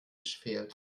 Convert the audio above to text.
fehlt